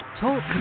Talk